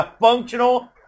functional